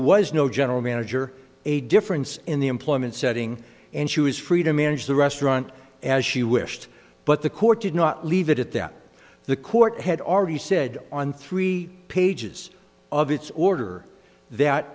was no general manager a difference in the employment setting and she was free to manage the restaurant as she wished but the court did not leave it at that the court had already said on three pages of its order that